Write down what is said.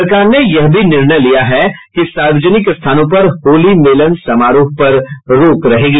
सरकार ने यह भी निर्णय लिया है कि सार्वजनिक स्थानों पर होली मिलन समारोह पर रोक रहेगी